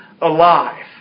alive